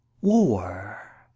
war